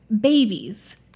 Babies